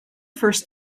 first